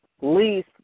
lease